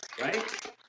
right